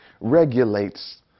regulates